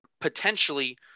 potentially